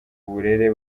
burere